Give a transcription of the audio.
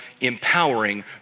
empowering